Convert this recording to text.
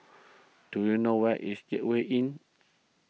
do you know where is Gateway Inn